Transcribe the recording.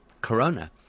corona